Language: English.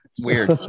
weird